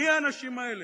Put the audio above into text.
מי האנשים האלה.